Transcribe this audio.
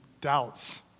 doubts